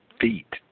feet